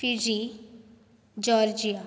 Fiji Georgia